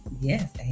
Yes